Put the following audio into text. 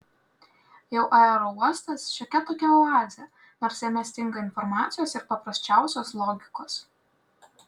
jau aerouostas šiokia tokia oazė nors jame stinga informacijos ir paprasčiausios logikos